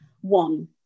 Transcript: one